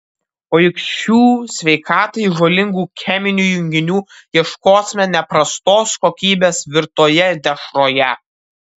o juk šių sveikatai žalingų cheminių junginių ieškosime ne prastos kokybės virtoje dešroje